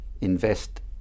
invest